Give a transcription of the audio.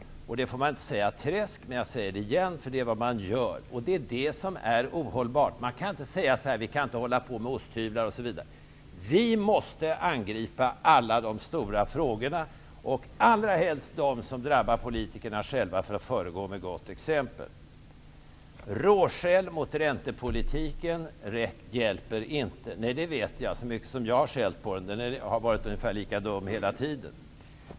Det får man inte säga, men jag säger det igen därför att det är vad man gör. Det är detta som är ohållbart. Man kan inte säga att vi inte kan hålla på med osthyvlar osv. Men vi måste angripa alla de stora frågorna och, för att föregå med gott exempel, allra helst de som drabbar oss politiker själva. Råskäll mot räntepolitiken hjälper inte. Nej, det vet jag, så mycket som jag har skällt på den. Räntepolitiken har varit ungefär lika dum hela tiden.